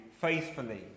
faithfully